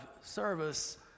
service